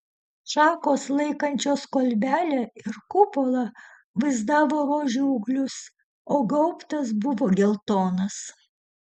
šakos laikančios kolbelę ir kupolą vaizdavo rožių ūglius o gaubtas buvo geltonas